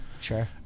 Sure